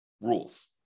rules